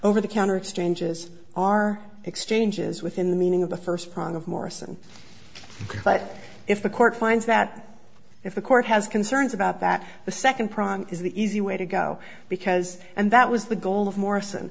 over the counter exchanges are exchanges within the meaning of the first prong of morrison but if the court finds that if the court has concerns about that the second prong is the easy way to go because and that was the goal of morrison